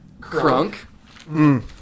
Crunk